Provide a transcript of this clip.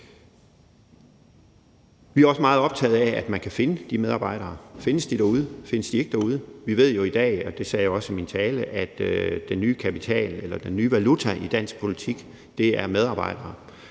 vi er også meget optaget af, at man kan finde de medarbejdere. Findes de derude? Findes de ikke derude? Vi ved jo i dag, og det sagde jeg også i min tale, at den nye valuta i dansk politik er medarbejdere.